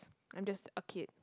I'm just a kid